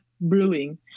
brewing